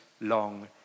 long